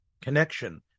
connection